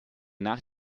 nach